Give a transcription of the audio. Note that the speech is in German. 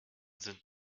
sind